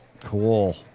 Cool